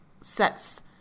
sets